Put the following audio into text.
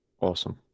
Awesome